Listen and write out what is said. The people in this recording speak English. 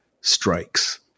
strikes